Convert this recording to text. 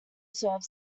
serve